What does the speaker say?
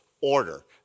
order